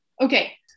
Okay